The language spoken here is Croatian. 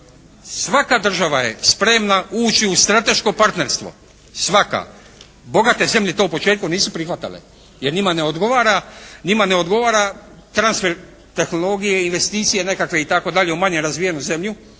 Svaka država je spremna ući u strateško partnerstvo, svaka. Bogate zemlje to u početku nisu prihvatale jer njima ne odgovara transfer tehnologije, investicije nekakve itd. u manje razvijenu zemlju